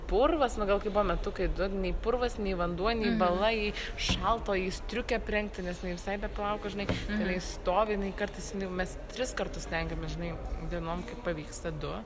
purvas nu gal kai buvo metukai du nei purvas nei vanduo nei bala jai šalta o jai striukę aprengti nes jinai visai be plauko žinai tai jinai stovi jinai kartais jinai mes tris kartus stengiamės žinai dienom kai pavyksta du